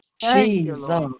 Jesus